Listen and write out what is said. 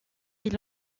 est